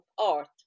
art